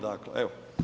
Dakle, evo.